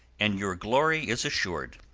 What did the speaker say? and your glory is assured.